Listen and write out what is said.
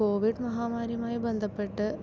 Covid മഹാമാരിയുമായി ബന്ധപ്പെട്ട്